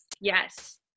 Yes